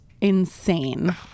insane